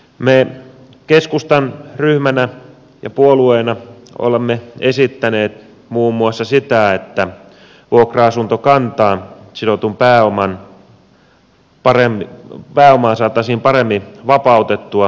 me keskustan ryhmänä ja puolueena olemme esittäneet muun muassa sitä että vuokra asuntokantaan sidottua pääomaa saataisiin paremmin vapautettua uudistuotantoon